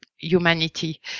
humanity